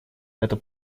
это